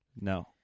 No